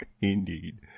Indeed